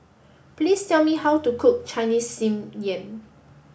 please tell me how to cook Chinese Steamed Yam